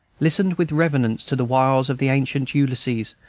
listened with reverence to the wiles of the ancient ulysses,